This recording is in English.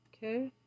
Okay